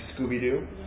Scooby-Doo